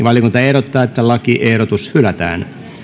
valiokunta ehdottaa että lakiehdotus hylätään